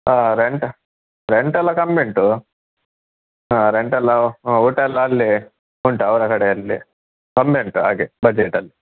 rent rent ಎಲ್ಲ ಕಮ್ಮಿ ಉಂಟು ರೆಂಟ್ ಎಲ್ಲ ಊಟಯೆಲ್ಲ ಅಲ್ಲೇ ಉಂಟು ಅವರ ಕಡೆಯಲ್ಲೇ ಕಮ್ಮಿ ಉಂಟು ಹಾಗೆ ಬಜೆಟಲ್ಲಿ